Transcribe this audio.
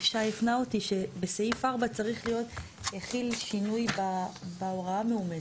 שי הפנה אותי שבסעיף 4 צריך להיות "החיל שינוי בהוראה מאומצת".